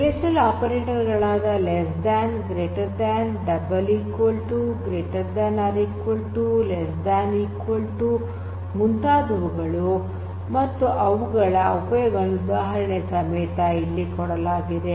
relational operators ಗಳಾದ less than greater than double equal to greater than equal to less than equal to ಮುಂತಾದವುಗಳು ಮತ್ತು ಅವುಗಳ ಉಪಯೋಗಗಳನ್ನು ಉದಾಹರಣೆಯ ಸಮೇತ ಇಲ್ಲಿ ಕೊಡಲಾಗಿದೆ